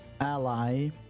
ally